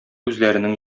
үзләренең